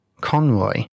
Conroy